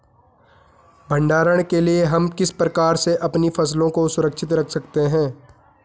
भंडारण के लिए हम किस प्रकार से अपनी फसलों को सुरक्षित रख सकते हैं?